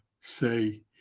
say